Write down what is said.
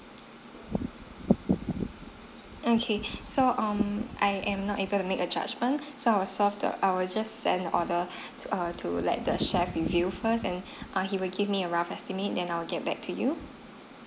okay so um I am not able to make a judgement so I will serve the I will just send your order to err like the chef to view first and err he will give me the rough estimate then I will get back to you